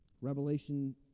Revelation